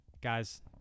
guys